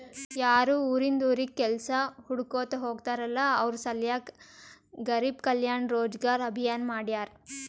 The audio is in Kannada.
ಯಾರು ಉರಿಂದ್ ಉರಿಗ್ ಕೆಲ್ಸಾ ಹುಡ್ಕೋತಾ ಹೋಗ್ತಾರಲ್ಲ ಅವ್ರ ಸಲ್ಯಾಕೆ ಗರಿಬ್ ಕಲ್ಯಾಣ ರೋಜಗಾರ್ ಅಭಿಯಾನ್ ಮಾಡ್ಯಾರ್